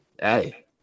Hey